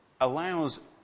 allows